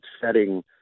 setting